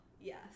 yes